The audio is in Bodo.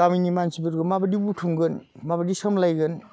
गामिनि मानसिफोरखौ माबायदि बुथुमगोन माबायदि सामब्लायगोन